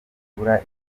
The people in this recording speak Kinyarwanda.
nibura